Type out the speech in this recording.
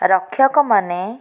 ରକ୍ଷକ ମାନେ